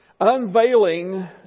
Unveiling